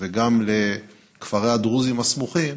וגם לכפרים הדרוזיים הסמוכים,